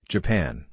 Japan